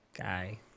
guy